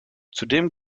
zudem